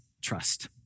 trust